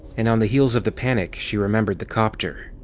and on the heels of the panic, she remembered the copter.